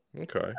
Okay